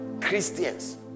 Christians